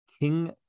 King